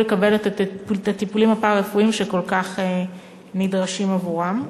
לקבל את הטיפולים הפארה-רפואיים שכל כך נדרשים עבורם.